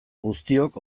guztiok